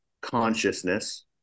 consciousness